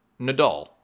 Nadal